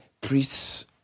priest's